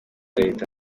leta